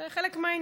זה חלק מהעניין.